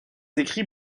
écrits